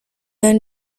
yang